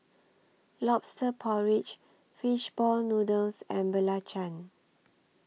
Lobster Porridge Fish Ball Noodles and Belacan